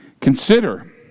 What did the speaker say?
Consider